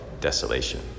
desolation